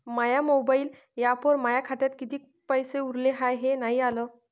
माया mobile ॲपवर माया खात्यात किती पैसे उरले हाय हे नाही आलं